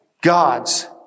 God's